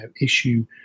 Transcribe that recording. issue